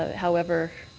however,